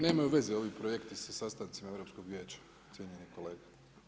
Nemaju veze ovi projekti sa sastancima Europskog vijeća cijenjeni kolega.